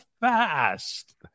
fast